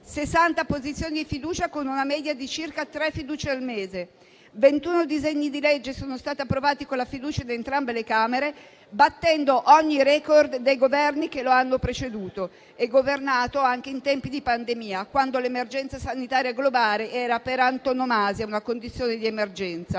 apposizioni di fiducia, con una media di circa tre fiducie al mese; ventuno disegni di legge sono stati approvati con la fiducia di entrambe le Camere, battendo ogni *record* dei Governi che lo hanno preceduto e che hanno governato anche in tempi di pandemia, quando l'emergenza sanitaria globale era, per antonomasia, una condizione di emergenza.